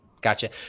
Gotcha